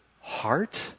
heart